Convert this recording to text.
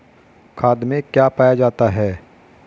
खाद में क्या पाया जाता है?